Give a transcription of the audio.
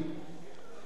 יצחק גלנטי,